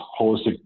holistic